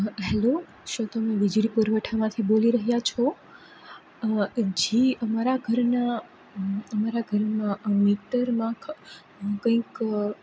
hello શું તમે વીજળી પુરવઠામાંથી બોલી રહ્યા છો જી અમારા ઘરના અમારા ઘરમાં મીટરમાં હું કંઇક